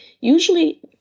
usually